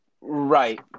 Right